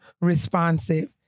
responsive